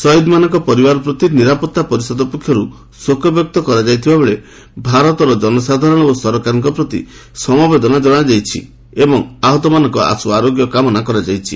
ଶହୀଦମାନଙ୍କ ପରିବାର ପ୍ରତି ନିରାପତ୍ତା ପରିଷଦ ପକ୍ଷରୁ ଶୋକବ୍ୟକ୍ତ କରାଯାଇଥିବାବେଳେ ଭାରତର ଜନସାଧାରଣ ଓ ସରକାରଙ୍କ ପ୍ରତି ସମବେଦନା ଜଣାଯାଇଛି ଏବଂ ଆହତମାନଙ୍କ ଆଶୁଆରୋଗ୍ୟ କାମନା କରାଯାଇଛି